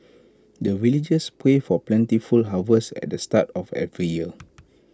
the villagers pray for plentiful harvest at the start of every year